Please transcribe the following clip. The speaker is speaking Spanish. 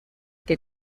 que